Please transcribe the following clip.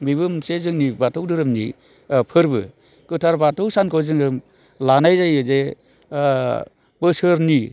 बेबो मोनसे जोंनि बाथौ धोरोमनि फोरबो गोथार बाथौ सानखौ जोङो लानाय जायो जे बोसोरनि